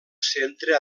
centre